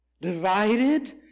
Divided